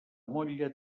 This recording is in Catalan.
motlle